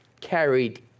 carried